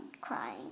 crying